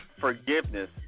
forgiveness